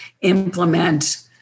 implement